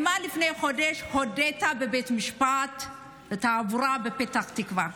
לפני חודש האימא הודתה בבית המשפט לתעבורה בפתח תקווה.